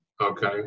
okay